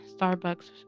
Starbucks